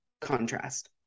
contrast